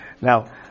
now